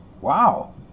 Wow